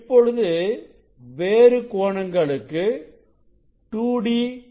இப்பொழுது வேறு கோணங்களுக்கு 2d cos Ɵ